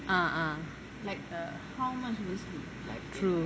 ah ah ya true